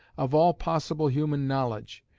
of all possible human knowledge,